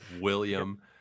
William